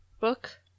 book